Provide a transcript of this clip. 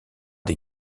des